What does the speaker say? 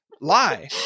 lie